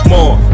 More